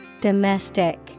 Domestic